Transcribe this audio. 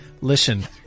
Listen